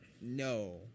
No